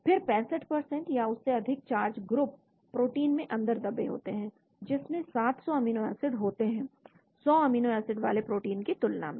फिर 65 या उससे अधिक चार्ज ग्रुप प्रोटीन में अंदर दबे होते हैं जिसमें 700 अमीनो एसिड होते हैं 100 अमीनो एसिड वाले प्रोटीन की तुलना में